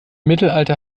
mittelalter